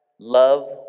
Love